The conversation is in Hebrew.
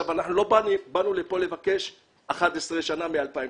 לא באנו לפה לבקש 11 שנה מ-2016.